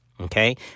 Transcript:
Okay